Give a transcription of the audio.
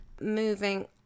moving